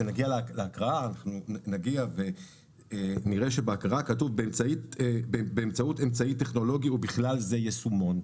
כשנגיע להקראה נראה שכתוב באמצעות אמצעי טכנולוגי ובכלל זה יישומון.